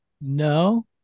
No